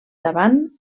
davant